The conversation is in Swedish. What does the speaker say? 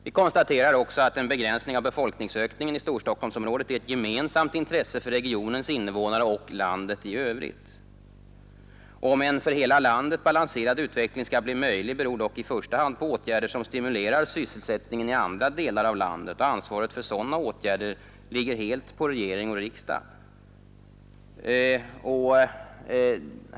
Vi konstaterar också att en begränsning av befolkningsökningen i Storstockholmsområdet är ett gemensamt intresse för regionens invånare och landet i övrigt. Om en för hela landet balanserad utveckling skall bli möjlig beror dock i första hand på åtgärder som stimulerar sysselsättningen i andra delar av landet, och ansvaret för sådana åtgärder ligger helt på regering och riksdag.